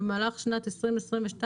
במהלך שנת 2022,